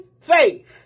faith